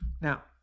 Now